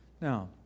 Now